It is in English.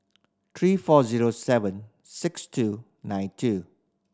three four zero seven six two nine two